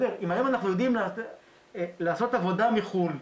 אם היום אנחנו יודעים לעשות עבודה מחו"ל,